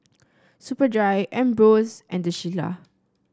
Superdry Ambros and The Shilla